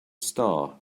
star